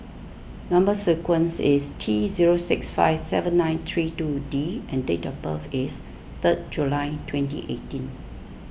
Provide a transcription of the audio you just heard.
Number Sequence is T zero six five seven nine three two D and date of birth is third July twenty eighteen